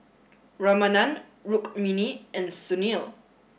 Ramanand Rukmini and Sunil